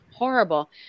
horrible